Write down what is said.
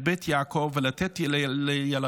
את בית יעקב, ולתת לילדות